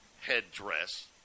headdress